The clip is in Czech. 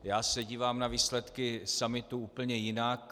Já se dívám na výsledky summitu úplně jinak.